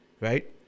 right